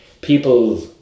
people